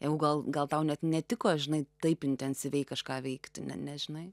jeigu gal gal tau net netiko žinai taip intensyviai kažką veikti ne nežinai